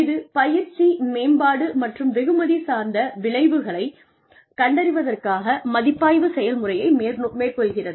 இது பயிற்சி மேம்பாடு மற்றும் வெகுமதி சார்ந்த விளைவுகளைக் கண்டறிவதற்காக மதிப்பாய்வு செயல்முறையை மேற்கொள்கிறது